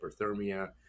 hyperthermia